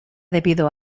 debido